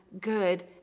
good